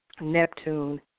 Neptune